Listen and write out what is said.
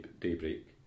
daybreak